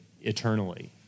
eternally